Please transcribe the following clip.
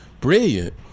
brilliant